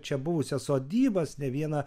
čia buvusias sodybas ne vieną